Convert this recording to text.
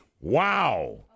Wow